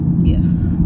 Yes